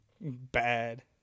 Bad